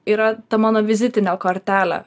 yra ta mano vizitinė kortelė